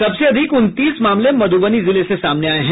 सबसे अधिक उनतीस मामले मधुबनी जिले से सामने आये हैं